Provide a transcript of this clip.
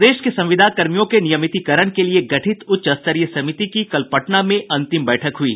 प्रदेश के संविदाकर्मियों के नियमितीकरण के लिये गठित उच्च स्तरीय समिति की कल पटना में अंतिम बैठक हुयी